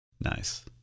Nice